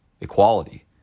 equality